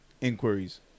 inquiries